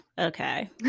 Okay